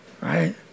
right